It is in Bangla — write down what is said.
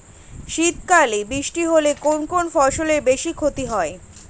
শীত কালে বৃষ্টি হলে কোন কোন ফসলের বেশি ক্ষতি হয়?